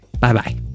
Bye-bye